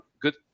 good